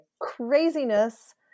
craziness